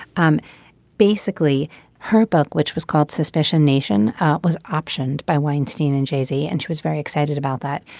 um basically her book which was called suspicion nation was optioned by weinstein and jaycee and she was very excited about that.